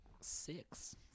Six